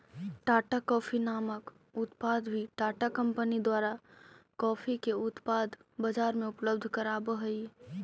Tata coffee नामक उत्पाद भी टाटा कंपनी द्वारा कॉफी के उत्पाद बजार में उपलब्ध कराब हई